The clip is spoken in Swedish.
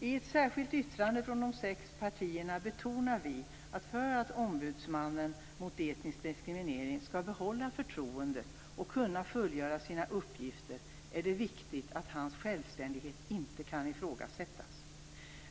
I ett särskilt yttrande från de sex partierna betonar vi att för att ombudsmannen, som skall motverka etnisk diskriminering, skall behålla förtroendet och kunna fullgöra sina uppgifter är det viktigt att hans självständighet inte kan ifrågasättas.